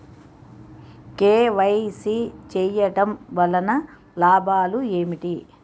KYC చేయటం వలన లాభాలు ఏమిటి?